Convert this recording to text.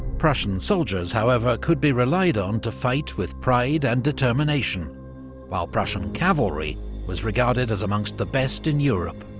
prussian soldiers, however, could be relied on to fight with pride and determination while prussian cavalry was regarded as amongst the best in europe.